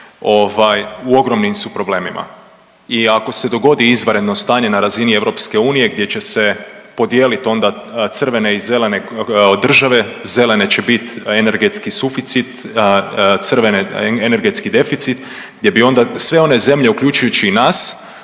u ogromnim su problemima. I ako se dogodi izvanredno stanje na razini EU gdje će se podijeliti onda crvene i zelene države, zelene će biti energetski suficit, crvene energetski deficit gdje bi onda sve one zemlje uključujući i nas